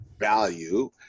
value